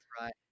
Right